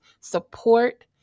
support